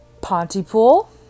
Pontypool